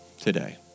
today